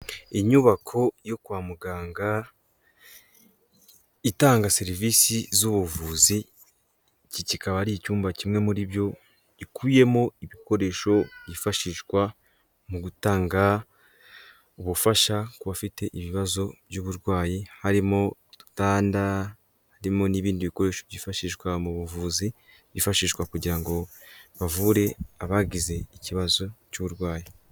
Inyubako yo kwa muganga itanga serivisi z'ubuvuzi iki kikaba ari icyumba kimwe muri byo ikubiyemo ibikoresho byifashishwa mu gutanga ubufasha ku bafite ibibazo by'uburwayi harimo ibitanda harimo n'ibindi bikoresho byifashishwa mu buvuzi byifashishwa kugira ngo bavure abagize ikibazo cy'uburwayi.